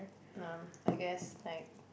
um I guess like